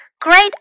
Great